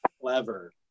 Clever